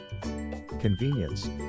Convenience